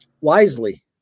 Wisely